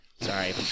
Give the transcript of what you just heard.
sorry